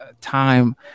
time